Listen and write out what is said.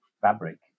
fabric